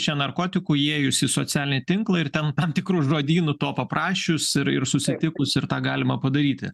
čia narkotikų įėjus į socialinį tinklą ir ten tam tikru žodynu to paprašius ir ir susitikus ir tą galima padaryti